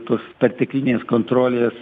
tos perteklinės kontrolės